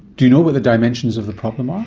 do you know what the dimensions of the problem ah